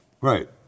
Right